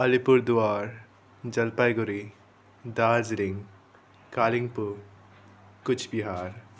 Alipurduar Jalpaiguri Darjeeling Kalimpong Cooch Behar